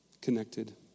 connected